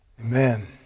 Amen